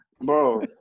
Bro